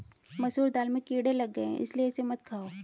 मसूर दाल में कीड़े लग गए है इसलिए इसे मत खाओ